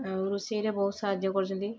ଆଉ ରୋଷେଇରେ ବହୁତ ସାହାଯ୍ୟ କରିଛନ୍ତି